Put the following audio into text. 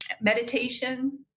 Meditation